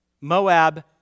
Moab